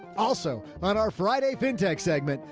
also on our friday fintech segment.